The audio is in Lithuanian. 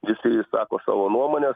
visi išsako savo nuomones